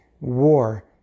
war